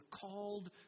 called